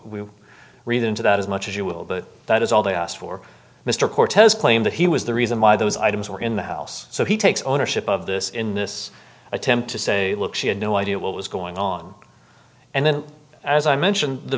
we read into that as much as you will but that is all they asked for mr cortez claimed that he was the reason why those items were in the house so he takes ownership of this in this attempt to say look she had no idea what was going on and then as i mentioned the